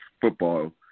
football